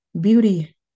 Beauty